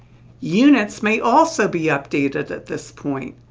units may also be updated at this point.